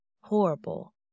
horrible